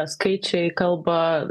skaičiai kalba